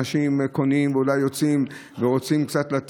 אנשים קונים ואולי יוצאים ורוצים לתת קצת,